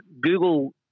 Google